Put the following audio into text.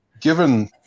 given